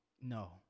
No